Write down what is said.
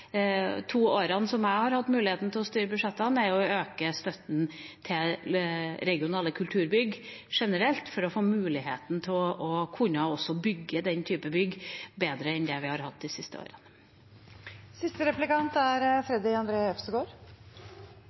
to årene, når jeg har hatt muligheten til å styre budsjettene, er å øke støtten til regionale kulturbygg generelt for å få muligheten til å kunne bygge den typen bygg bedre enn vi har kunnet de siste årene.